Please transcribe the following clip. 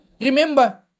remember